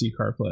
carplay